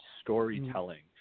storytelling